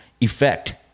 effect